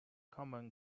common